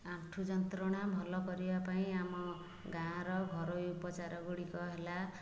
ଆଣ୍ଠୁ ଯନ୍ତ୍ରଣା ଭଲ କରିବା ପାଇଁ ଆମ ଗାଁର ଘରୋଇ ଉପଚାର ଗୁଡ଼ିକ ହେଲା